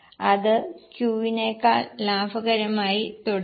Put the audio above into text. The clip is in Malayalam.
അത് Q യെക്കാൾ ലാഭകരമായി തുടരുന്നു